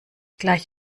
gleich